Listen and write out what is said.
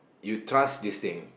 you trust this thing